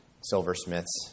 silversmiths